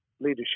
leadership